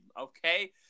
okay